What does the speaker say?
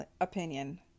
opinion